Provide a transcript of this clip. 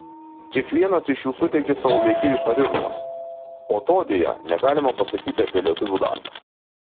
kiekvienas iš jų suteikė savo veikėjui charizmos o to deja negalima pasakyti apie lietuvių darbą